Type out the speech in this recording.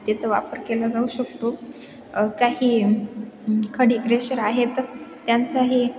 त्याचा वापर केला जाऊ शकतो काही खडी ग्रेशर आहेत त्यांचाही